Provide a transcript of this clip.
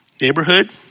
neighborhood